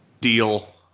deal